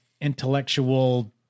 intellectual